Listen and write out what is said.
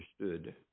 understood